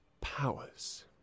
powers